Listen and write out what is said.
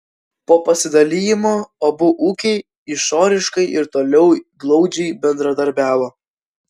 po pasidalijimo abu ūkiai išoriškai ir toliau glaudžiai bendradarbiavo